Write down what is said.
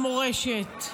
המורשת?